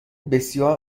بسیار